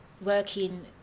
working